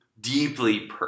deeply